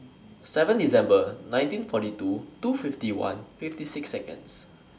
seven December nineteen forty two two fifty one fifty six Seconds